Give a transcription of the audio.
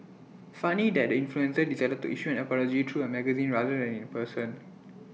funny that the influencer decided to issue an apology through A magazine rather than in person